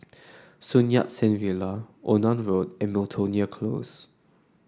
Near Sen Villa Onan Road and Miltonia Close